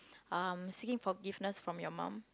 um seeking forgiveness from you mum